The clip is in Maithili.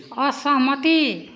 असहमति